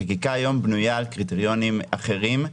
החקיקה היום בנויה על קריטריונים אחרים.